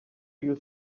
you